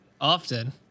often